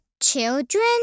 children